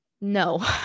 No